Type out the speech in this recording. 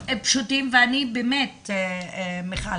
מיכל,